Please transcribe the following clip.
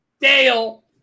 Dale